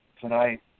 tonight